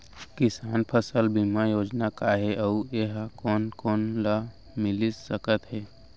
किसान फसल बीमा योजना का हे अऊ ए हा कोन कोन ला मिलिस सकत हे?